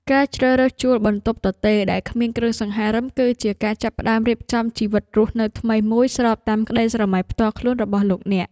ការជ្រើសរើសជួលបន្ទប់ទទេរដែលគ្មានគ្រឿងសង្ហារិមគឺជាការចាប់ផ្ដើមរៀបចំជីវិតរស់នៅថ្មីមួយស្របតាមក្ដីស្រមៃផ្ទាល់ខ្លួនរបស់លោកអ្នក។